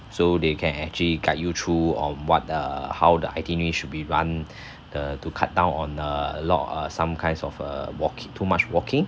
so they can actually guide you through on what err how the itinerary should be run the to cut down on uh a lot or some kind of a walki~ too much walking